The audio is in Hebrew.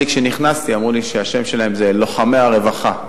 כשנכנסתי למשרד אמרו לי שהשם שלהם זה "לוחמי הרווחה".